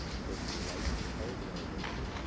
closer to white, the higher the elevation.